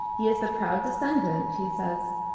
he is a proud descendent, he says,